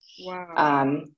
Wow